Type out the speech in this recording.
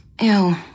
Ew